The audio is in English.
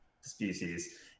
species